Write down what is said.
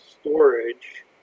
storage